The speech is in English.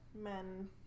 men